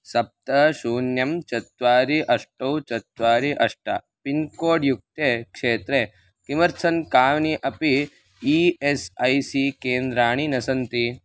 सप्त शून्यं चत्वारि अष्टौ चत्वारि अष्ट पिन्कोड् युक्ते क्षेत्रे किमर्थं कानि अपि ई एस् ऐ सी केन्द्राणि न सन्ति